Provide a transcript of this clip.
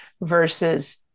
versus